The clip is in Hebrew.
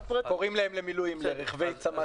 קוראים להם למילואים לרכבי צמ"ה רגילים.